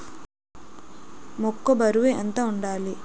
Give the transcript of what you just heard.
మొక్కొ బరువు ఎంత వుండాలి?